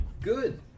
Good